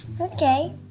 Okay